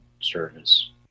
service